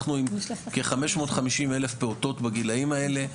אנחנו עם כ-550 אלף פעוטות בגילאים האלה,